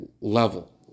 level